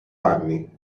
anni